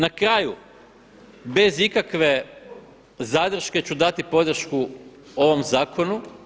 Na kraju, bez ikakve zadrške ću dati podršku ovom zakonu.